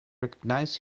recognise